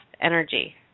energy